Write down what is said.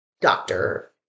doctor